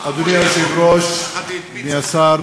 אדוני היושב-ראש, אדוני השר,